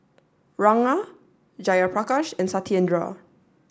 Ranga Jayaprakash and Satyendra